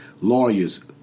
lawyers